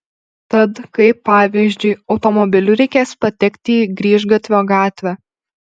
tad kaip pavyzdžiui automobiliu reikės patekti į grįžgatvio gatvę